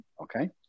Okay